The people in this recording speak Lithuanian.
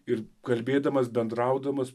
ir kalbėdamas bendraudamas